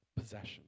possession